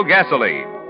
Gasoline